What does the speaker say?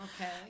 Okay